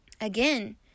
again